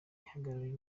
ihagarariye